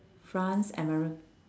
france americ~